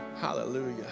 hallelujah